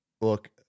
look